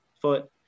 foot